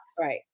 Right